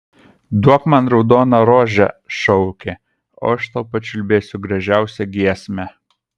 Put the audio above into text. duok man raudoną rožę šaukė o aš tau pačiulbėsiu gražiausią giesmę